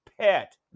Pet